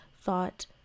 thought